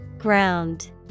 ground